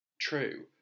True